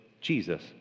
jesus